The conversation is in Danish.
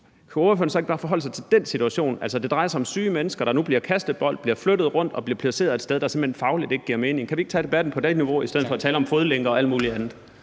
Kan ordføreren ikke bare forholde sig til den situation, altså at det drejer sig om syge mennesker, der nu bliver kastebold, bliver flyttet rundt og bliver placeret et sted, der simpelt hen fagligt ikke giver mening? Kan vi ikke tage debatten på det niveau i stedet for at tale om fodlænker og alt muligt andet?